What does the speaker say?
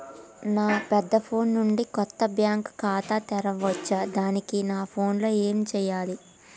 నా పెద్ద ఫోన్ నుండి కొత్త బ్యాంక్ ఖాతా తెరవచ్చా? దానికి నా ఫోన్ లో ఏం చేయాలి?